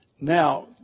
Now